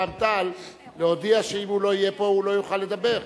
רע"ם-תע"ל להודיע שאם הוא לא יהיה פה הוא לא יוכל לדבר.